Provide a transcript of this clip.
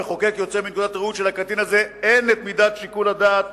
המחוקק יוצא מנקודת ראות שלקטין הזה אין מידת שיקול הדעת